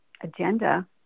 agenda